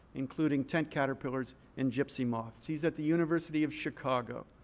including tent caterpillars and gypsy moths. he's at the university of chicago.